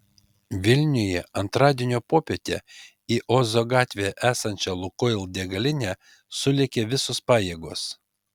vilniuje antradienio popietę į ozo gatvėje esančią lukoil degalinę sulėkė visos pajėgos